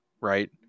right